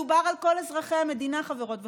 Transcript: מדובר על כל אזרחי המדינה, חברות וחברים,